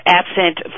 absent